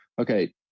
okay